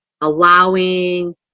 allowing